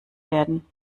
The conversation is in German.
werden